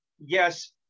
yes